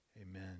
Amen